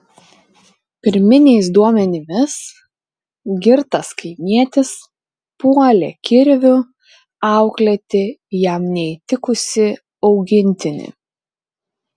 pirminiais duomenimis girtas kaimietis puolė kirviu auklėti jam neįtikusį augintinį